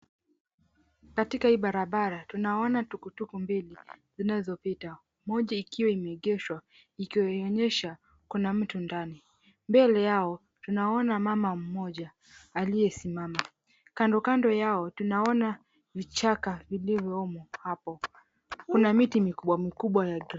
Katika hii barabara, tunaona tukutuku mbili zinazopita. Moja ikiwa imeegeshwa, ikionyesha kuna mtu ndani. Mbele yao tunaona mama mmoja aliyesimama. Kando kando yao, tunaona vichaka vilivyomo hapo. Kuna miti mikubwa mikubwa...